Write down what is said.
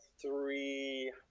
three